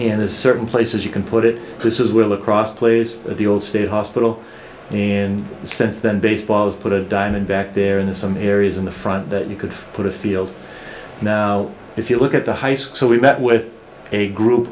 and there's certain places you can put it this is we'll across plays at the old state hospital and since then baseball has put a diamond back there in some areas on the front that you could put a field now if you look at the high school we met with a group